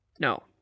No